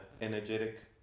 energetic